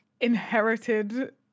inherited